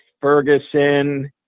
Ferguson